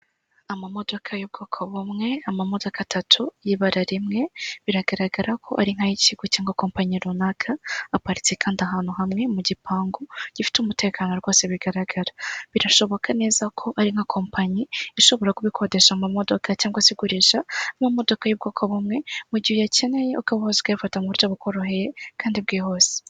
Amamodoka y'ubwoko bumwe, amamodoka atatu y'ibara rimwe, biragaragara ko ari nk'ay'ikigo cyangwa kompanyi runaka, aparitse kandi ahantu hamwe mu gipangu gifite umutekano rwose bigaragara. Birashoboka neza ko ari nka kompanyi ishobora kuba ikodesha amamodoka cyangwa se igurisha amamodoka y'ubwoko bumwe, mu gihe uyakeneye ukaba waza ukayafata mu buryo bukoroheye kandi bwihuse.